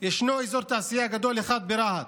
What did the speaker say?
יש אזור תעשייה גדול אחד, ברהט.